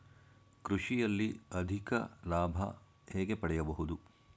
ಕೃಷಿಯಲ್ಲಿ ಅಧಿಕ ಲಾಭ ಹೇಗೆ ಪಡೆಯಬಹುದು?